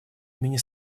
имени